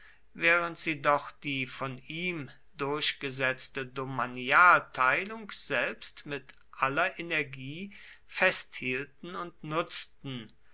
während sie doch die von ihm durchgesetzte domanialteilung selbst mit aller energie festhielten und nutzten